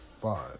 five